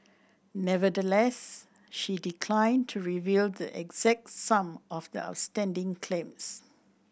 nevertheless she declined to reveal the exact sum of the outstanding claims